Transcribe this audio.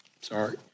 Sorry